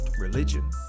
religion